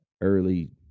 Early